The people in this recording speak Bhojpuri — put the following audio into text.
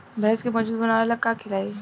भैंस के मजबूत बनावे ला का खिलाई?